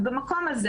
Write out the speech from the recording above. במקום הזה,